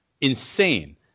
insane